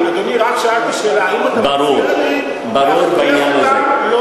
רק שאלתי, אדוני, רק שאלתי שאלה.